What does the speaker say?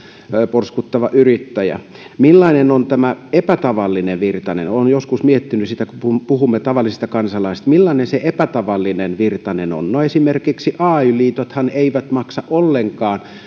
porskuttava yrittäjä millainen on tämä epätavallinen virtanen olen joskus miettinyt sitä kun kun puhumme tavallisesta kansalaisesta millainen se epätavallinen virtanen on no esimerkiksi ay liitothan eivät maksa ollenkaan